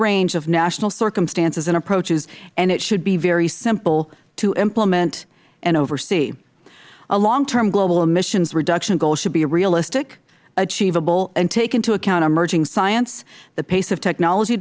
range of national circumstances and approaches and it should be very simple to implement and oversee a long term global emissions reduction goal should be realistic achievable and take into account emerging science the pace of technology